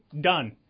done